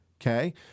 okay